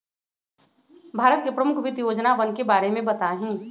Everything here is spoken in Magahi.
भारत के प्रमुख वित्त योजनावन के बारे में बताहीं